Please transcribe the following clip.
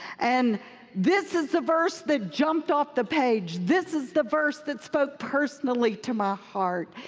and this is the verse that jumped off the page. this is the verse that spoke personally to my heart.